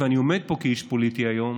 ואני עומד פה כאיש פוליטי היום,